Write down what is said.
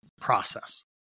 process